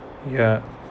yeah